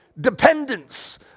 dependence